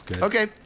Okay